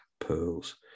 pearls